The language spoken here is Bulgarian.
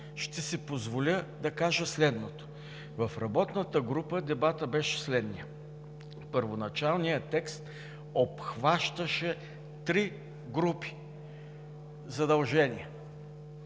ще си позволя да кажа следното: в работната група дебатът беше следният – първоначалният текст обхващаше три групи задължения.